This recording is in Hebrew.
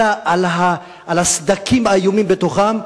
אלא על הסדקים האיומים בתוכן,